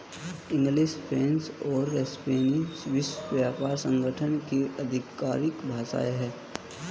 English, French और Spanish विश्व व्यापार संगठन की आधिकारिक भाषाएं है